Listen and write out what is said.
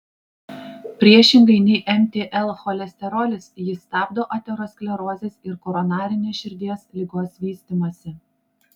priešingai nei mtl cholesterolis jis stabdo aterosklerozės ir koronarinės širdies ligos vystymąsi